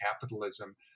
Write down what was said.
capitalism